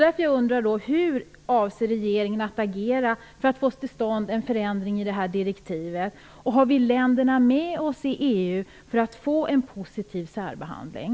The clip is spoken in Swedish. Därför undrar jag hur regeringen avser att agera för att få till stånd en förändring i det här direktivet. Har vi de andra länderna med oss i EU så att vi kan få till stånd en positiv särbehandling?